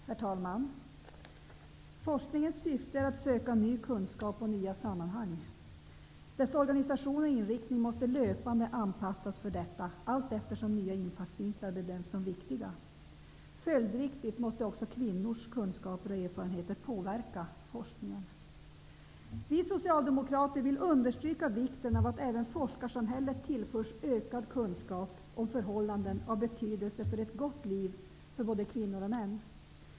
Herr talman! Forskningens syfte är att söka ny kunskap och nya sammanhang. Dess organisation och inriktning måste löpande anpassas för detta, allteftersom nya infallsvinklar bedöms som viktiga. Följdriktigt måste också kvinnors kunskaper och erfarenheter påverka forskningen. Vi socialdemokrater vill understryka vikten av att även forskarsamhället tillförs ökad kunskap om förhållanden som är av betydelse för ett gott liv för både kvinnor och män.